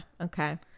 Okay